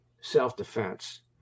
self-defense